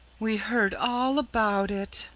we heard all about it,